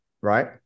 right